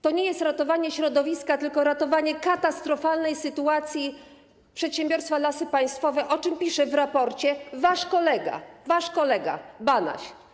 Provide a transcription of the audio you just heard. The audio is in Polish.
To nie jest ratowanie środowiska, tylko ratowanie katastrofalnej sytuacji przedsiębiorstwa Lasy Państwowe, o czym pisze w raporcie NIK wasz kolega, Banaś.